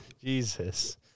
Jesus